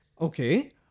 Okay